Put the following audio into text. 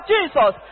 Jesus